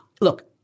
Look